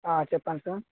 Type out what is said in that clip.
చెప్పండి సార్